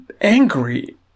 angry